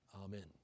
Amen